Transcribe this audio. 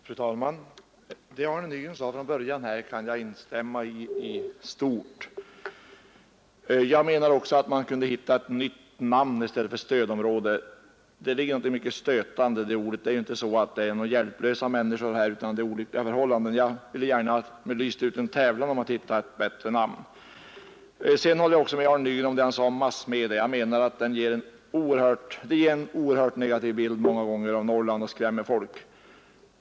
Fru talman! Det som herr Nygren sade i början av sitt anförande kan jag i stort sett instämma i. Jag anser också att man borde kunna hitta ett annat namn än ”stödområde”. Det ligger någonting mycket stötande i det ordet — det är här inte fråga om några hjälplösa människor utan om olyckliga förhållanden. Jag ville gärna att man lyste ut en tävlan om att hitta på ett bättre namn. Jag håller också med Arne Nygren i det han sade om massmedia. De ger många gånger en negativ bild av Norrland och skrämmer folk.